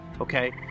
okay